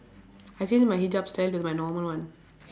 I change my hijab style to my normal one